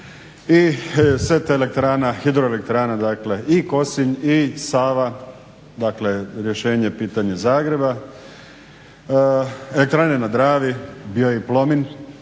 i set elektrana, hidroelektrana i Kosinj i Sava dakle rješenje pitanje Zagreba, elektrane na Dravi, bio je i Plomin,